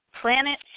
Planet